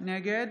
נגד